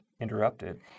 interrupted